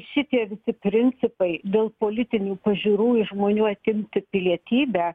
šitie visi principai dėl politinių pažiūrų iš žmonių atimti pilietybę